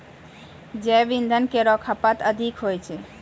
जैव इंधन केरो खपत अधिक होय छै